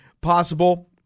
possible